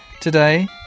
today